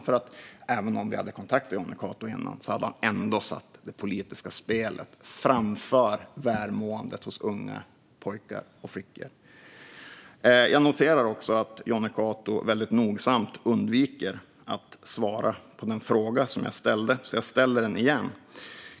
Även om vi hade kontaktat Jonny Cato innan hade han ändå satt det politiska spelet framför välmåendet hos unga pojkar och flickor. Jag noterar också att Jonny Cato väldigt nogsamt undviker att svara på den fråga som jag ställde. Jag ställer den därför igen.